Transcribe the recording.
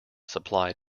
supplied